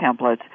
templates